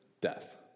death